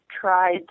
tried